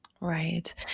Right